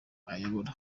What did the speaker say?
ayoboye